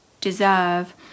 deserve